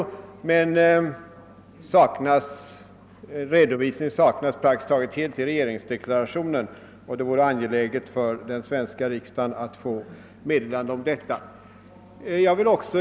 I regeringsdeklarationen saknas redovisning nästan helt, men det är angeläget att riksdagen får information härom.